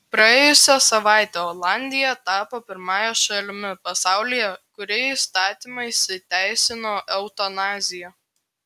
praėjusią savaitę olandija tapo pirmąja šalimi pasaulyje kuri įstatymais įteisino eutanaziją